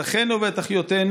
את אחינו ואחיותינו,